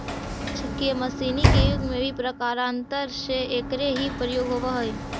आज के मशीनी युग में भी प्रकारान्तर से एकरे ही प्रयोग होवऽ हई